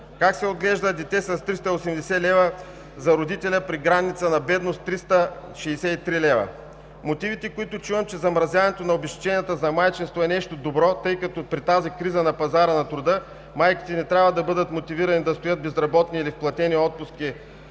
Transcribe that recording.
Как се отглежда дете с 380 лв. за родителя при граница на бедност 363 лв.?! Мотивите, които чувам – че замразяването на обезщетенията за майчинство е нещо добро, тъй като при тази криза на пазара на труда майките не трябва да бъдат мотивирани да стоят безработни или в платени отпуски,